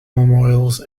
memorials